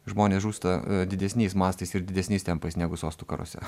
žmonės žūsta didesniais mastais ir didesniais tempais negu sostų karuose